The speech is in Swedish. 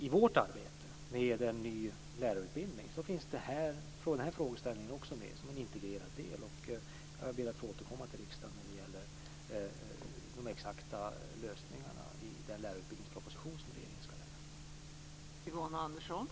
I vårt arbete med en ny lärarutbildning finns den här frågeställningen också med som en integrerad del. Jag ber att få återkomma till riksdagen när det gäller de exakta lösningarna i den lärarutbildningsproposition som regeringen ska lägga fram.